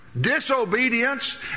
disobedience